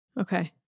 Okay